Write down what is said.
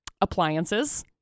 appliances